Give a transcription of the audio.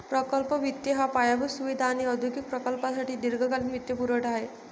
प्रकल्प वित्त हा पायाभूत सुविधा आणि औद्योगिक प्रकल्पांसाठी दीर्घकालीन वित्तपुरवठा आहे